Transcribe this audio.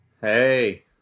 Hey